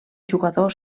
jugador